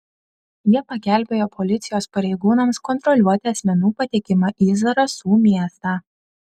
jie pagelbėjo policijos pareigūnams kontroliuoti asmenų patekimą į zarasų miestą